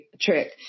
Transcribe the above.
trick